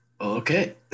Okay